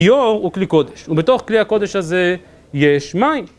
כיור הוא כלי קודש, ובתוך כלי הקודש הזה יש מים.